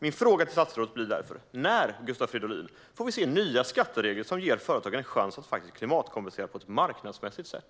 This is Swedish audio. Min fråga till statsrådet blir därför: När, Gustav Fridolin, får vi se nya skatteregler som ger företagen en chans att faktiskt klimatkompensera på ett marknadsmässigt sätt?